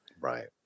Right